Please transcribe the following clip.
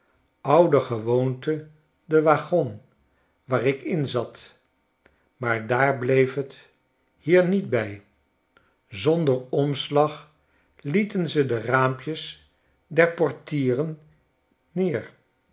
oudergewoonte den waggon waar ik in zat maar daar bleef het hier niet bij zonder omslag lieten ze de raampjes der portieren neer